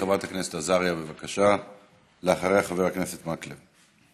חברת הכנסת עזריה, בבקשה, ואחריה, חבר הכנסת מקלב.